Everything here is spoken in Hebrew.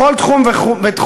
בכל תחום ותחום.